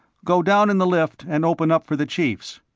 go down in the lift and open up for the chiefs.